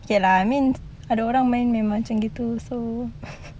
okay lah I mean ada orang main memang macam gitu so